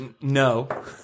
No